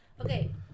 Okay